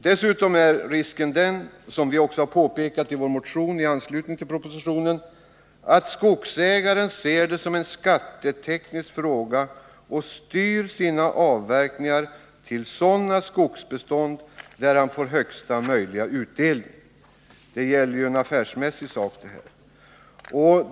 Dessutom är risken den, som vi också påpekat i vår motion i anslutning till propositionen, att skogsägaren ser det som en skatteteknisk fråga och styr sina avverkningar till sådana skogsbestånd där han får högsta möjliga utdelning. Detta är ju en affärsmässig sak.